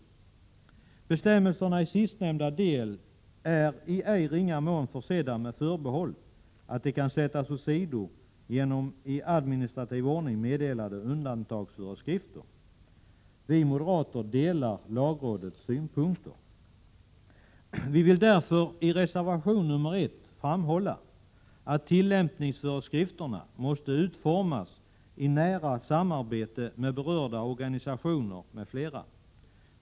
Bestämmelserna i sistnämnda del är i ej ringa mån försedda med förbehåll, att de kan sättas åsido genom i administrativ ordning meddelade undantagsföreskrifter. Vi moderater delar lagrådets synpunter. Vi vill därför i reservation nr 1 framhålla att tillämpningsföreskrifterna måste utformas i nära samarbete med berörda organisationer m.fl.